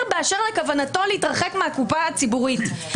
באשר לכוונתו להתרחק מהקופה הציבורית.